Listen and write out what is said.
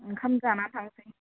ओंखाम जाना थांनोसै